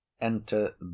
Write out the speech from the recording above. enter